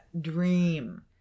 dream